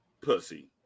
pussy